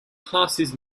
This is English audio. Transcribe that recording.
passes